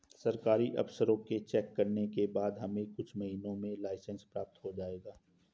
सरकारी अफसरों के चेक करने के बाद हमें कुछ महीनों में लाइसेंस प्राप्त हो जाएगा